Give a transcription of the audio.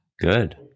good